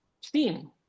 Steam